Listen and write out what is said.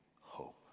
hope